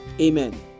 Amen